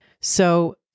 So-